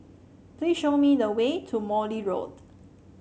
please show me the way to Morley Road